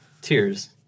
tears